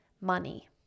money